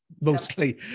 mostly